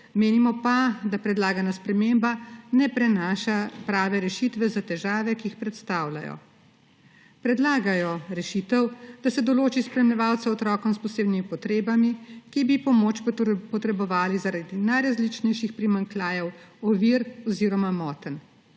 Menimo pa, da predlagana sprememba ne prinaša prave rešitve za težave, ki jih predstavljajo. Predlagajo rešitev, da se določi spremljevalca otrokom s posebnimi potrebami, ki bi pomoč potrebovali zaradi najrazličnejših primanjkljajev, ovir oziroma motenj.